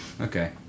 Okay